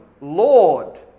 Lord